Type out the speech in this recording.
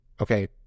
Okay